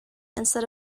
instead